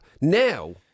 now